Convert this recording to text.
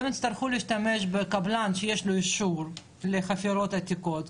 הם יצטרכו להשתמש בקבלן שיש לו אישור לחפירת עתיקות.